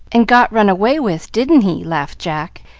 and got run away with, didn't he? laughed jack,